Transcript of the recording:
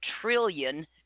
trillion